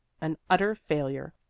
an utter failure!